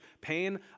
pain